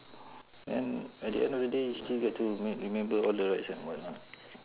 then at the end of the day you still get to remember all the rides and whatnot